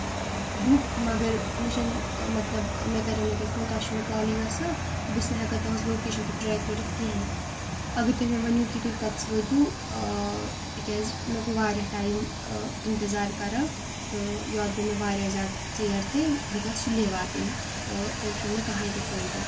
book مگر مےٚ چھَنہٕ مطلب مےٚ کَریمو تۄہہِ فون تۄہہِ چھَو نہٕ کالٕے گژھان تہٕ بہٕ چھَس نہٕ ہٮ۪کان تُہٕنٛز لوکیشَن تہِ ٹرٛیک کٔرِتھ کِہیٖنٛۍ اگر تُہۍ مےٚ ؤنِو کہِ تُہۍ کَژٕ وٲتِو تِکیٛازِ مےٚ گوٚو واریاہ ٹایِم اِنتظار کَران تہٕ یورٕ گوٚو مےٚ واریاہ زیادٕ ژیر تہِ بہٕ گژھٕ سُلے واتٕنۍ تہٕ تیٚلہِ چھُنہٕ مےٚ کٕہٕنٛۍ تہِ فٲیدٕ